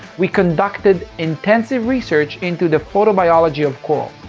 we conducted intensive research into the photobiology of corals.